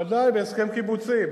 ודאי, בהסכם קיבוצי.